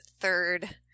third